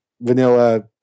vanilla